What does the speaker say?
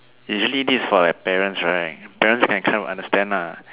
is usually this for like parents right parents can kind of understand lah